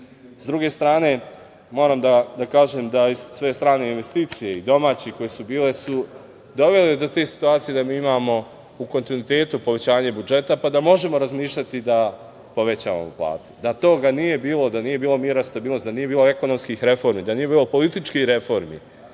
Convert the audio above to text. druge strane, moram da kažem da sve strane investicije i domaće koje su bile su dovele do te situacije da imamo u kontinuitetu povećanje budžeta, pa da možemo razmišljati da povećavamo plate. Da toga nije bilo, da nije bilo mira, stabilnosti, ekonomskih reformi, da nije bilo političkih reformi,